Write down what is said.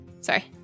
Sorry